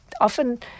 often